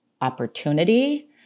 opportunity